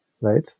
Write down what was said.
right